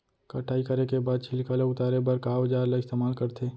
कटाई करे के बाद छिलका ल उतारे बर का औजार ल इस्तेमाल करथे?